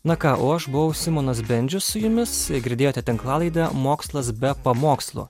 na ką o aš buvau simonas bendžius su jumis girdėjote tinklalaidę mokslas be pamokslų